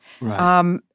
Right